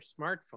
smartphone